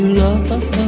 love